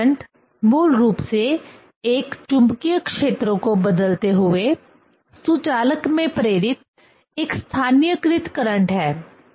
AD current मूल रूप से एक चुंबकीय क्षेत्र को बदलते हुए सुचालक में प्रेरित एक स्थानीयकृत करंट है